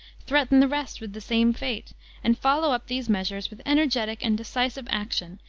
threaten the rest with the same fate and follow up these measures with energetic and decisive action,